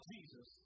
Jesus